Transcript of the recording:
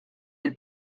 lill